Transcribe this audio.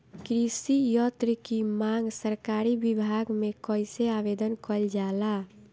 कृषि यत्र की मांग सरकरी विभाग में कइसे आवेदन कइल जाला?